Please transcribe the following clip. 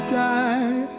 die